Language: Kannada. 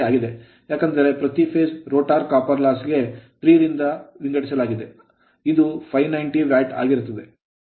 ಏಕೆಂದರೆ ಪ್ರತಿ phase phase rotor copper loss rotor ತಾಮ್ರದ ನಷ್ಟ ಕ್ಕೆ 3 ರಿಂದ ವಿಂಗಡಿಸಲಾಗಿದೆ ಇದು 590 ವ್ಯಾಟ್ ಆಗಿರುತ್ತದೆ